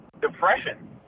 Depression